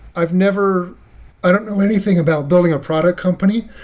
i've never i don't know anything about building a product company.